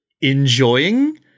enjoying